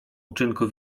uczynku